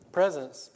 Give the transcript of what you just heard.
presence